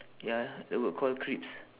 ya the word called crisps